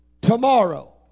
tomorrow